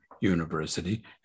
university